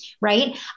right